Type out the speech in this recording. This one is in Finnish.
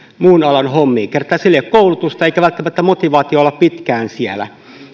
muun alan hommiin kun ei ole koulutusta eikä välttämättä motivaatiota olla siellä